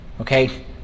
Okay